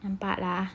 nampak lah